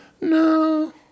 No